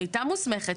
היא הייתה מסומכת.